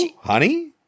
honey